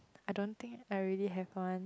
I don't think I really have one